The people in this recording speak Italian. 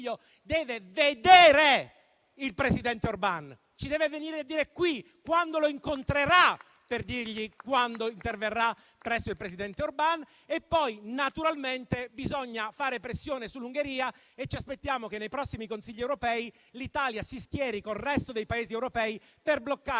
deve vedere il presidente Orban e ci deve venire a dire qui quando lo incontrerà e quando interverrà presso il presidente Orban. Poi, naturalmente, bisogna fare pressione sull'Ungheria e ci aspettiamo che, nei prossimi Consigli europei, l'Italia si schieri con il resto dei Paesi europei per bloccare